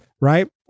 right